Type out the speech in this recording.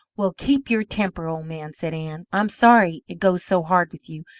well, keep your temper, old man, said ann. i'm sorry it goes so hard with you,